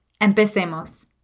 ¡Empecemos